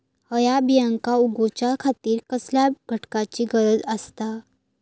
हया बियांक उगौच्या खातिर कसल्या घटकांची गरज आसता?